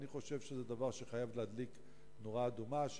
אני חושב שזה חייב להדליק נורה אדומה.